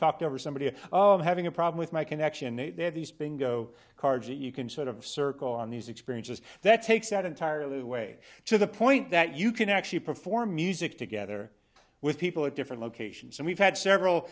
talked over somebody oh i'm having a problem with my connection there these bingo cards that you can sort of circle on these experiences that takes out entirely way to the point that you can actually perform music together with people at different locations and we've had several